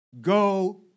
go